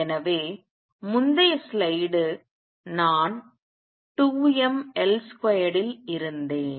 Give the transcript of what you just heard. எனவே முந்தைய ஸ்லைடு நான் 2mL2 இல் இருந்தேன்